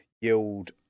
yield